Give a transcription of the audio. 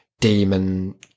demon